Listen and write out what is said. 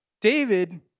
David